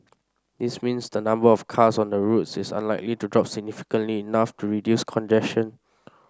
this means the number of cars on the roads is unlikely to drop significantly enough to reduce congestion